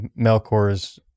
Melkor's